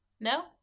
No